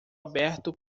aberto